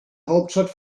hauptstadt